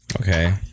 Okay